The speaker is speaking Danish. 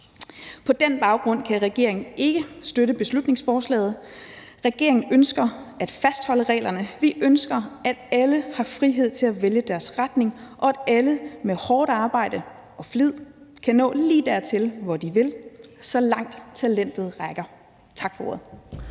På den baggrund kan regeringen ikke støtte beslutningsforslaget. Regeringen ønsker at fastholde reglerne. Vi ønsker, at alle har frihed til at vælge deres retning, og at alle med hårdt arbejde og flid kan nå lige dertil, hvor de vil, så langt talentet rækker. Tak for ordet.